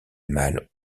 mal